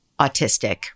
autistic